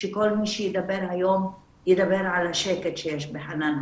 שכל מי שידבר היום ידבר על השקט שיש בחנאן.